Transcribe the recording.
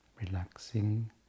Relaxing